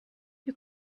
you